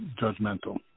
judgmental